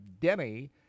Denny